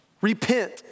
Repent